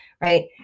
right